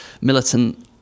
militant